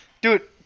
Dude